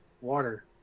water